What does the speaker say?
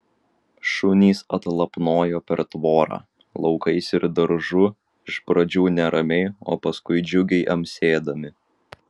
šunys atlapnojo per tvorą laukais ir daržu iš pradžių neramiai o paskui džiugiai amsėdami